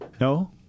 No